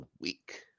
week